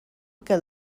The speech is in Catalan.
que